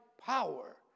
power